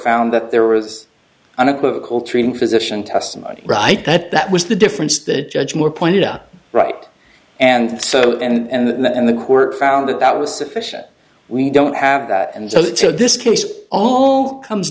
found that there was unequivocal treating physician testimony right that that was the difference that judge moore pointed out right and so and that and the court found that that was sufficient we don't have that and so this case all comes